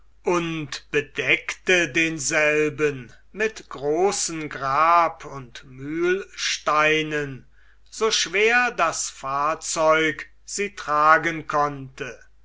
bedeckte denselben mit großen grab und mühlsteinen so schwer das fahrzeug sie tragen konnte